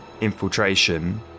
infiltration